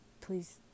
please